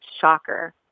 shocker